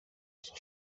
στο